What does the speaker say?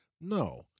No